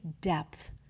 depth